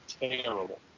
terrible